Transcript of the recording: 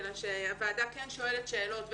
אלא שהוועדה כן שואלת שאלות,